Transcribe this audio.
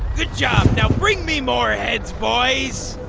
good job! now bring me more heads, boys